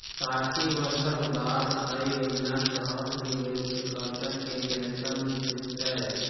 साठि वर्षक बाद अय योजनाक तहत निवेशकर्ता कें पेंशन भेटतै